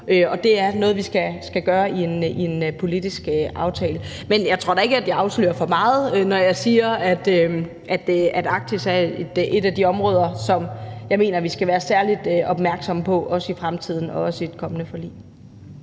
og det er noget, vi skal gøre i en politisk aftale. Men jeg tror da ikke, at jeg afslører for meget, når jeg siger, at Arktis er et af de områder, som jeg mener at vi skal være særlig opmærksomme på, også i fremtiden og også i et kommende forlig.